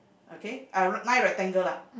okay uh nine rectangle lah